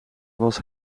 was